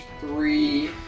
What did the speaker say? three